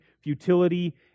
futility